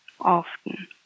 often